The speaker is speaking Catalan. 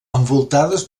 envoltades